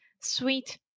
sweet